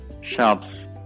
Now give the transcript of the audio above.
shops